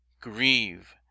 grieve